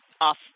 off